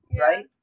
Right